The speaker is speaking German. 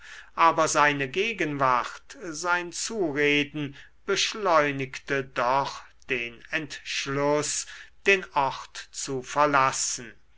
aber seine gegenwart sein zureden beschleunigte doch den entschluß den ort zu verlassen